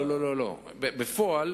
לא לא לא, בפועל,